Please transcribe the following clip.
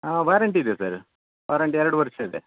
warranty ಇದೆ sir warranty ಎರಡು ವರ್ಷ ಇದೆ